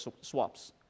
swaps